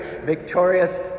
victorious